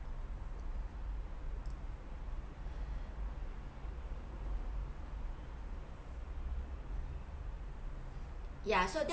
ya so